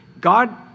God